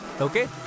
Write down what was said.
okay